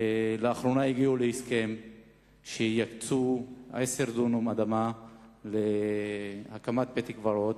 לאחרונה הגיעו להסכם שיקצו 10 דונם להקמת בית-קברות.